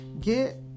Get